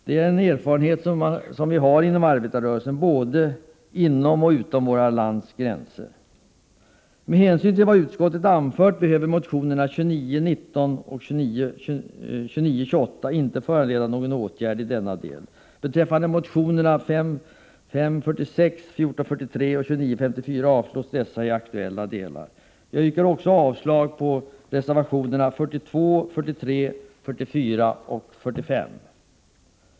Det är en erfarenhet vi inom arbetarrörelsen fått, både inom och utom vårt lands gränser. Jag yrkar avslag också på reservationerna 42, 43, 44 och 45.